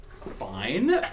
Fine